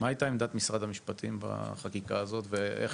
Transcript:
מה הייתה עמדת משרד המשפטים בחקיקה הזאת ואיך